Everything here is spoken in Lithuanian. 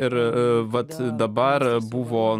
ir vat dabar buvo